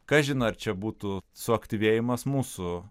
kažin ar čia būtų suaktyvėjimas mūsų